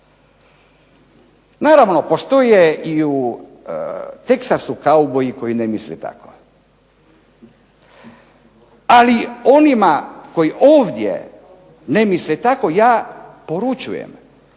Naravno postoje i u Teksasu kauboji koji ne misle tako, ali onima koji ovdje ne misle tako ja poručujem